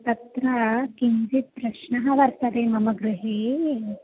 तत्र किञ्चित् प्रश्नः वर्तते मम गृहे